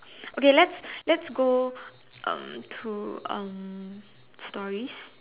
okay let's let's go um to um stories